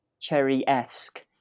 cherry-esque